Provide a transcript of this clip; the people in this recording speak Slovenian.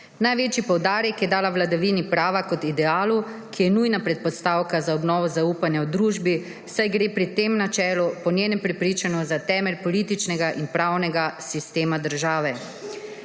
Največji poudarek je dala vladavini prava kot idealu, ki je nujna predpostavka za obnovo zaupanja v družbi, saj gre pri tem načelu po njenem prepričanju za temelj političnega in pravnega sistema države.